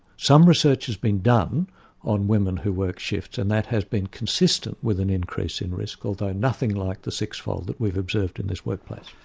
some research has been done on women who work shifts and that has been consistent with an increase in risk although nothing like the sixfold that we've observed in this workplace.